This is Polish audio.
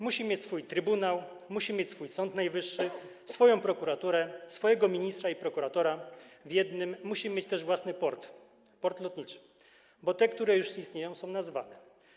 Musi mieć swój trybunał, musi mieć swój Sąd Najwyższy, swoją prokuraturę, swojego ministra i prokuratora w jednym, musi mieć też własny port, port lotniczy, bo te, które już istnieją, są nazwane.